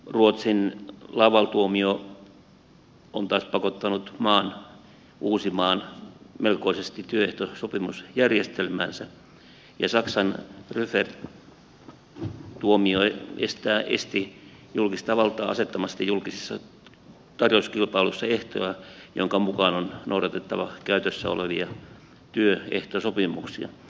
ruotsin laval tuomio taas on pakottanut maan uusimaan melkoisesti työehtosopimusjärjestelmäänsä ja saksan ruffert tuomio esti julkista valtaa asettamasta julkisissa tarjouskilpailuissa ehtoja joiden mukaan on noudatettava käytössä olevia työehtosopimuksia